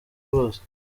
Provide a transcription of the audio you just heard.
bose